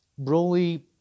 Broly